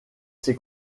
ces